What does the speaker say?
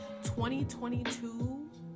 2022